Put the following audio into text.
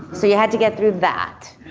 so you had to get through that.